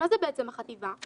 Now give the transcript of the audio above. מה זה בעצם החטיבה?